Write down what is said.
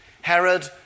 Herod